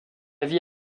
vie